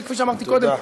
כפי שאמרתי קודם,